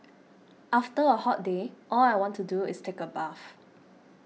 after a hot day all I want to do is take a bath